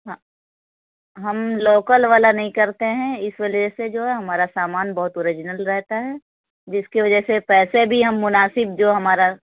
ہاں ہم لوکل والا نہیں کرتے ہیں اِس وجہ سے جو ہے ہمارا سامان بہت اوریجنل رہتا ہے جس کی وجہ سے پیسے بھی ہم مناسب جو ہمارا